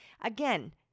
Again